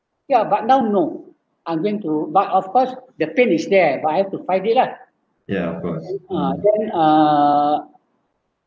ya but now no I'm going to but of course the pain is there but I have to fight it lah then uh